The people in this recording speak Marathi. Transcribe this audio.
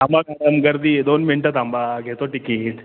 थांबा थांबा गर्दी आहे दोन मिनटं थांबा घेतो टिकीट